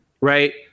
Right